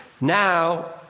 Now